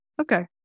Okay